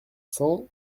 cent